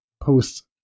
post